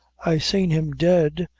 i seen him dead,